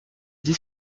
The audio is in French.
dit